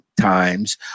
times